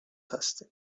هستیم